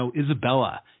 Isabella